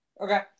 okay